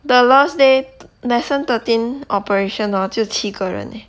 the last day lesson thirteen operation hor 只有七个人 eh